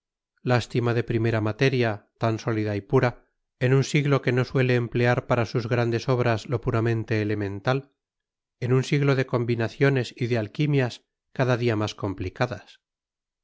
lástima de primera materia tan sólida y pura en un siglo que no suele emplear para sus grandes obras lo puramente elemental en un siglo de combinaciones y de alquimias cada día más complicadas